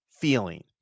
feeling